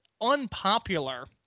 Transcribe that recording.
unpopular